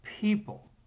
people